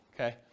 okay